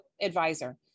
advisor